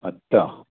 अच्छा